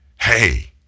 Hey